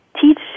teach